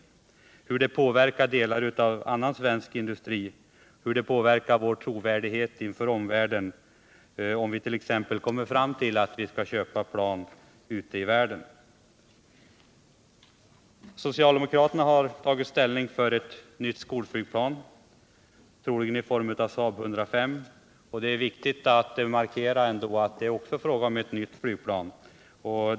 Man bör beakta hur dessa problem påverkar delar av annan svensk industri och hur vår trovärdighet inför omvärlden påverkas om vi t.ex. kommer fram till att vi skall köpa plan ute i världen. Socialdemokraterna har tagit ställning för ett nytt skolflygplan, nämligen Saab 105. Det är viktigt att markera att det även då blir fråga om ett nytt flygplan.